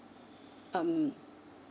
um